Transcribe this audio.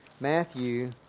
Matthew